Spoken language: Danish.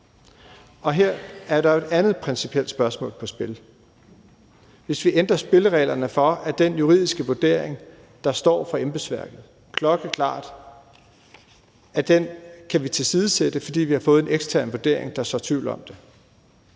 Og her er der jo et andet principielt spørgsmål på spil. Hvis vi ændrer spillereglerne, så vi kan tilsidesætte den juridiske vurdering, der står klokkeklart fra embedsværket, fordi vi har fået en ekstern vurdering, der sår tvivl om den,